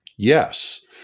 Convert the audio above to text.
Yes